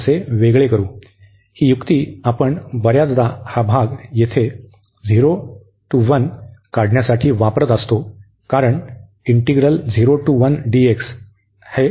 तर ही युक्ती आपण बर्याचदा हा भाग येथे 0 ते 1 काढण्यासाठी वापरत असतो कारण हा प्रॉपर इंटीग्रल आहे